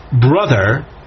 brother